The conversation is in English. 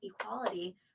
equality